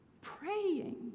praying